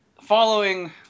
following